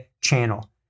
channel